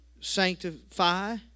sanctify